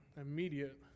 immediate